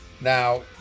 now